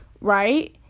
Right